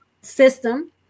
system